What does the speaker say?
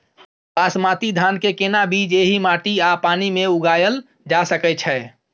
बासमती धान के केना बीज एहि माटी आ पानी मे उगायल जा सकै छै?